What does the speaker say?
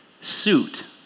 suit